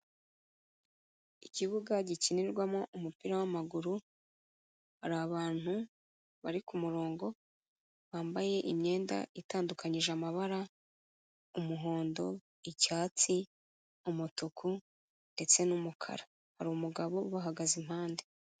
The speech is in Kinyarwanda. Ikibuga gikinirwamo umupira w'amaguru, hari abantu bari ku murongo bambaye imyenda itandukanyije, amabara umuhondo, icyatsi, umutuku ndetse n'umukara, hari umugabo ubahagaze impande.